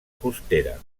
costera